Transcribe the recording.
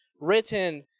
written